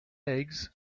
eggs